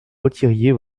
retiriez